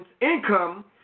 income